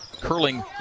curling